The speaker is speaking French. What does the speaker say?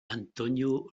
antonio